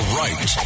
right